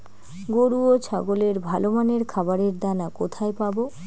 গরু ও ছাগলের ভালো মানের খাবারের দানা কোথায় পাবো?